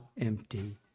empty